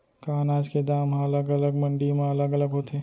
का अनाज के दाम हा अलग अलग मंडी म अलग अलग होथे?